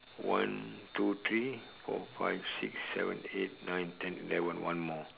one two three four fix six seven eight nine ten eleven one more